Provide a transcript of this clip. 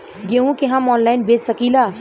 गेहूँ के हम ऑनलाइन बेंच सकी ला?